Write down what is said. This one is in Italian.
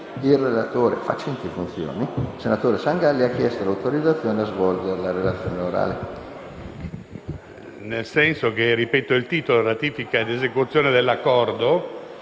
senatore Sangalli, ha chiesto l'autorizzazione a svolgere la relazione orale.